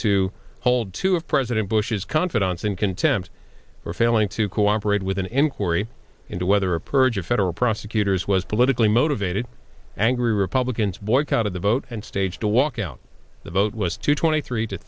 to hold two of president bush's confidence in contempt for failing to cooperate with an inquiry into whether a purge of federal prosecutors was politically motivated angry republicans boycotted the vote and staged a walkout the vote was two twenty three to